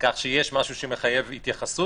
שיש משהו שמחייב התייחסות,